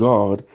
God